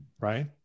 right